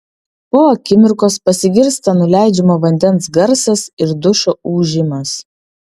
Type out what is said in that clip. po akimirkos pasigirsta nuleidžiamo vandens garsas ir dušo ūžimas